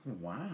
Wow